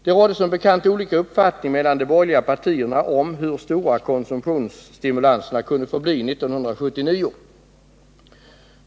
Det rådde som bekant olika uppfattningar i de borgerliga partierna om hur stora konsumtionsstimulanserna kunde få bli 1979.